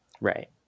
Right